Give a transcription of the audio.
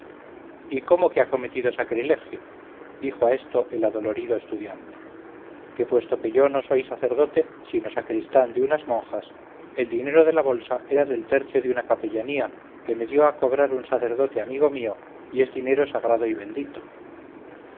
y cómo que ha cometido sacrilegio dijo a esto el adolorido estudiante que puesto que yo no soy sacerdote sino sacristán de unas monjas el dinero de la bolsa era del tercio de una capellanía que me dio a cobrar un sacerdote amigo mío y es dinero sagrado y bendito